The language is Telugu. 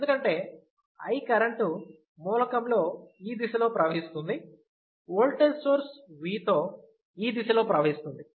ఎందుకంటే I కరెంటు మూలకం లో ఈ దిశలో ప్రవహిస్తుంది ఓల్టేజ్ సోర్స్ V లో ఈ దిశలో ప్రవహిస్తుంది